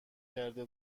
کرده